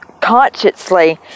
consciously